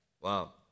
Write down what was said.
wow